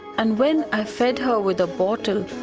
and when i fed her with a bottle,